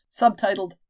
subtitled